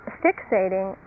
fixating